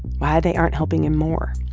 why they aren't helping him more.